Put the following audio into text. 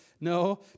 No